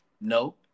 No